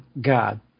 God